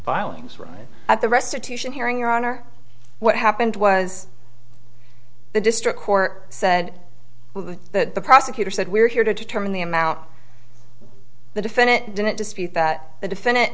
filings right at the restitution hearing your honor what happened was the district court said that the prosecutor said we're here to determine the amount the defendant didn't dispute that the defendant